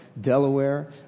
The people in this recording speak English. Delaware